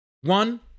One